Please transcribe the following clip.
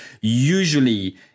usually